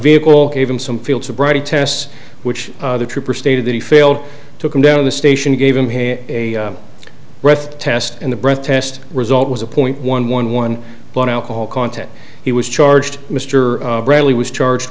vehicle gave him some field sobriety tests which the trooper stated that he failed to come down to the station gave him here a breath test and the breath test result was a point one one one blood alcohol content he was charged mr bradley was charged